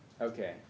Okay